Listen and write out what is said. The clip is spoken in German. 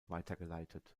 weitergeleitet